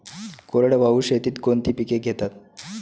कोरडवाहू शेतीत कोणती पिके घेतात?